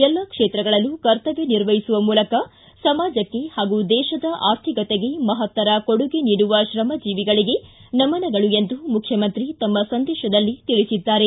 ಎಲ್ಲ ಕ್ಷೇತ್ರಗಳಲ್ಲೂ ಕರ್ತವ್ಕ ನಿರ್ವಹಿಸುವ ಮೂಲಕ ಸಮಾಜಕ್ಕೆ ಹಾಗೂ ದೇಶದ ಆರ್ಥಿಕತೆಗೆ ಮಹತ್ತರ ಕೊಡುಗೆ ನೀಡುವ ಶ್ರಮಜೀವಿಗಳಿಗೆ ನಮನಗಳು ಎಂದು ಮುಖ್ಯಮಂತ್ರಿ ತಮ್ಮ ಸಂದೇಶದಲ್ಲಿ ತಿಳಿಸಿದ್ದಾರೆ